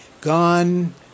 gone